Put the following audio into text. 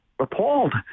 appalled